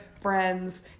friends